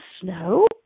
snow